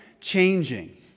changing